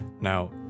Now